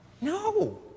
No